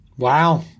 Wow